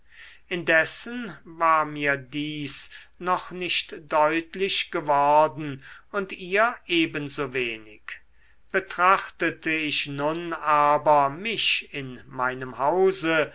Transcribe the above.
indessen war mir dies noch nicht deutlich geworden und ihr ebensowenig betrachtete ich nun aber mich in meinem hause